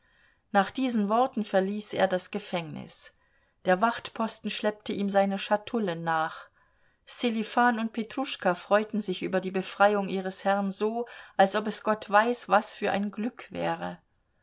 nach diesen worten verließ er das gefängnis der wachtposten schleppte ihm seine schatulle nach sselifan und petruschka freuten sich über die befreiung ihres herrn so als ob es gott weiß was für ein glück wäre